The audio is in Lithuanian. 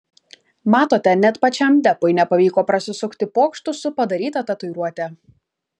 matote net pačiam depui nepavyko prasisukti pokštu su padaryta tatuiruote